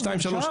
בכביש 232,